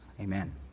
Amen